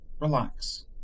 relax